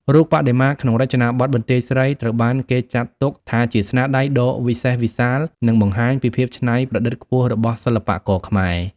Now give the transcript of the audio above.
រូបបដិមាក្នុងរចនាបថបន្ទាយស្រីត្រូវបានគេចាត់ទុកថាជាស្នាដៃដ៏វិសេសវិសាល និងបង្ហាញពីភាពច្នៃប្រឌិតខ្ពស់របស់សិល្បករខ្មែរ។